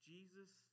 Jesus